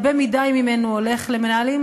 הרבה מדי ממנו הולך למנהלים,